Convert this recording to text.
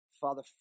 Father